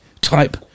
type